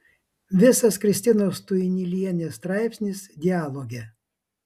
visas kristinos tuinylienės straipsnis dialoge